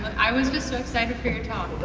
i was just so excited for your talk